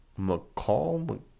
McCall